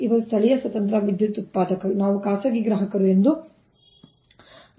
ಇವರು ಸ್ಥಳೀಯ ಸ್ವತಂತ್ರ ವಿದ್ಯುತ್ ಉತ್ಪಾದಕರು ನಾವು ಖಾಸಗಿ ಗ್ರಾಹಕರು ಎಂದು ಭಾವಿಸುತ್ತೇವೆ